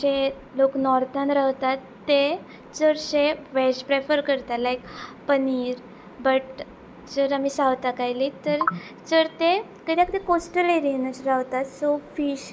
जे लोक नॉर्थान रावतात ते चडशे वॅज प्रेफर करता लायक पनीर बट जर आमी सावथाक आयली तर चड ते कित्याक ते कोस्टल एरियानच रावतात सो फिश